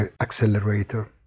accelerator